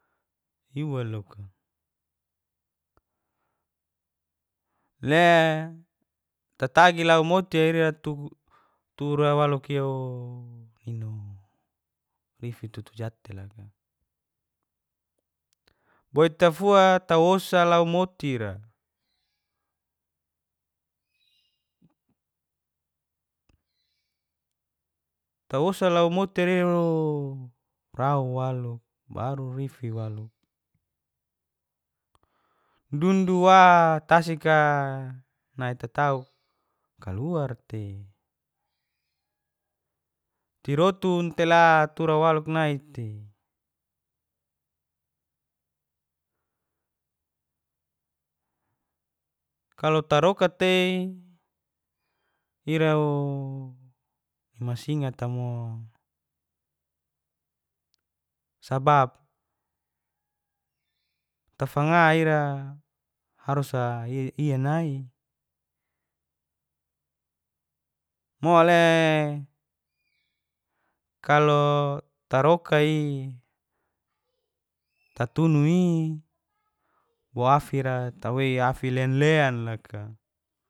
Iwa loka. le tatagi lau moti ira tura waluk iao rifi tutu jatteloka, boitafua tawosa lau motira. tawosa lau motira irao rau walu rifi walu dunduwa tasika nai tatauk kaluar tei, tirotun tela tura waluk naite. kalo taroka tei irao masingata mo. Sabap tafanga ira harusa ianai. Mole kalo tarokai tatunui wa afira. Tawei afi len-len laka.